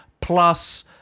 plus